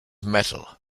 metal